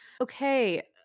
Okay